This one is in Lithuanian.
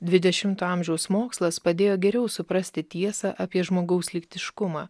dvidešimto amžiaus mokslas padėjo geriau suprasti tiesą apie žmogaus lytiškumą